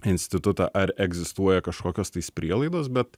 institutą ar egzistuoja kažkokios tais prielaidos bet